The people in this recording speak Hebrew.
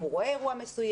אם הוא רואה אירוע מסוים,